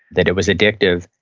that it was addictive.